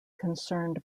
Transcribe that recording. concerned